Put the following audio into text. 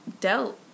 dealt